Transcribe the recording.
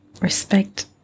respect